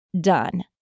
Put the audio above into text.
done